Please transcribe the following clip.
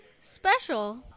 special